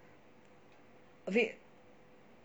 a bit